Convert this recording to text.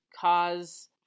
cause